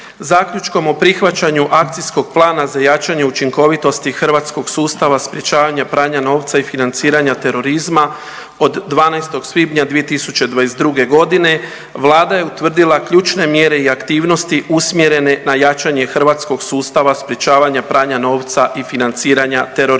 Zaključkom o prihvaćanju Akcijskog plana za jačanje učinkovitosti hrvatskog sustava sprječavanja pranja novca i financiranja terorizma od 12. svibnja 2022. godine Vlada je utvrdila ključne mjere i aktivnosti usmjerene na jačanje hrvatskog sustava sprječavanja pranja novca i financiranja terorizma.